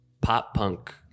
pop-punk